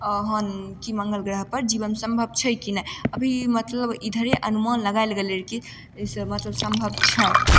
ओहन कि मङ्गल ग्रहपर जीवन सम्भव छै कि नहि अभी मतलब इधरे अनुमान लगायल गेलै कि से मतलब सम्भव छै